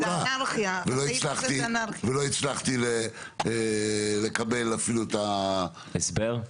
ולא הצלחתי לקבל אפילו את --- הסבר?